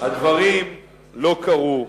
הדברים לא קרו.